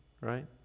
right